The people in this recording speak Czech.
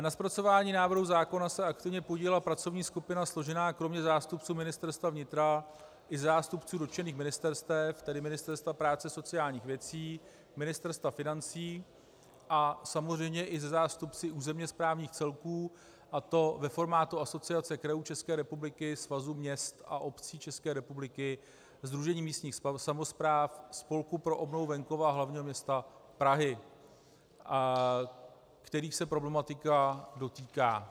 Na zpracování návrhu zákona se aktivně podílela pracovní skupina složená kromě zástupců Ministerstva vnitra i ze zástupců dotčených ministerstev, tedy Ministerstva práce a sociálních věcí, Ministerstva financí a samozřejmě i ze zástupců územněsprávních celků, a to ve formátu Asociace krajů České republiky, Svazu měst a obcí České republiky, Sdružení místních samospráv, Spolku pro obnovu venkova a hlavního města Prahy, kterých se problematika dotýká.